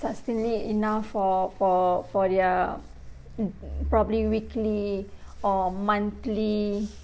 succinctly enough for for for their uh probably weekly or monthly